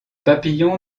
papillons